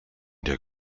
der